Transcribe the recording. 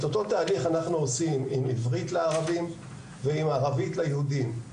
את אותו תהליך אנחנו עושים עם עברית לערבים ועם ערבית ליהודים.